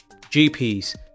GPs